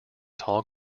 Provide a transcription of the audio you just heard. tall